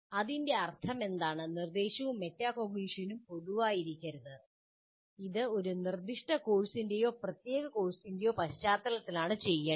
അതിന്റെ അർത്ഥമെന്താണ് നിർദ്ദേശവും മെറ്റാകോഗ്നിഷനും പൊതുവായിരിക്കരുത് അത് ഒരു നിർദ്ദിഷ്ട കോഴ്സിന്റെയോ ഒരു പ്രത്യേക കോഴ്സിന്റെയോ പശ്ചാത്തലത്തിലാണ് ചെയ്യേണ്ടത്